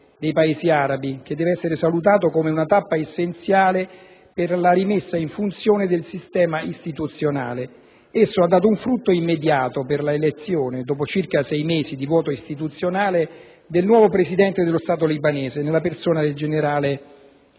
dei Paesi arabi, deve essere salutato come una tappa essenziale per la rimessa in funzione del sistema istituzionale. Esso ha dato un frutto immediato con la elezione, dopo circa sei mesi di voto istituzionale, del nuovo Presidente dello Stato libanese nella persona del generale